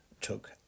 took